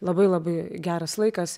labai labai geras laikas